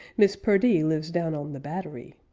miss perdee lives down on the battery!